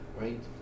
right